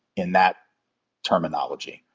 in that terminology,